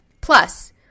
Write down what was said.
Plus